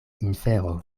infero